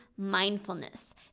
mindfulness